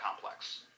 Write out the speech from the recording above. Complex